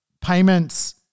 payments